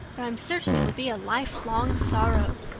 but i'm certain it would be a lifelong sorrow.